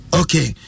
Okay